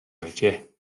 байжээ